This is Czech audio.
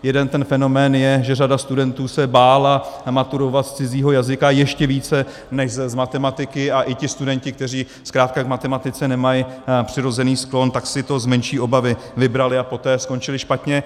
Jeden ten fenomén je, že řada studentů se bála maturovat z cizího jazyka ještě více než z matematiky, a i ti studenti, kteří zkrátka k matematice nemají přirozený sklon, si to z menší obavy vybrali a poté skončili špatně.